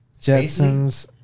Jetsons